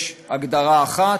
יש הגדרה אחת,